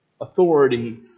authority